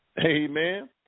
Amen